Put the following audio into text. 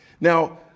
Now